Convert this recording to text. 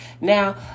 Now